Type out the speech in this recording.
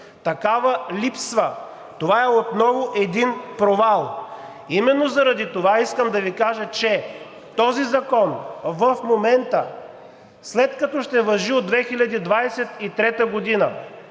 Такава липсва! Това е отново един провал. Именно заради това искам да Ви кажа, че този закон в момента, след като ще важи от 2023 г.,